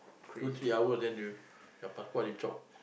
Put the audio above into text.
two three hours then you your passport they chop